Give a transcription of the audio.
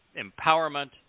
empowerment